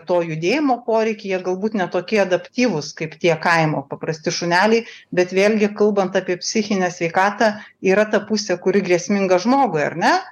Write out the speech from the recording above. to judėjimo poreikį jie galbūt ne tokie adaptyvūs kaip tie kaimo paprasti šuneliai bet vėlgi kalbant apie psichinę sveikatą yra ta pusė kuri grėsminga žmogui ar ne